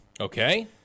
Okay